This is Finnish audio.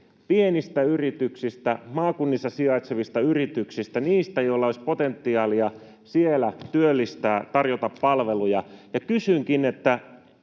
pienistä yrityksistä, maakunnissa sijaitsevista yrityksistä, niistä, joilla olisi potentiaalia siellä työllistää, tarjota palveluja. Kysynkin,